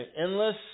Endless